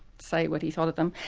say what he thought of them.